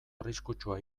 arriskutsua